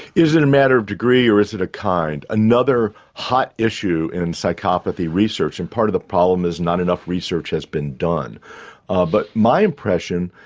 is it a matter of degree or is it a kind? another hot issue in psychopathy research and part of the problem is not enough research has been done ah but my impression,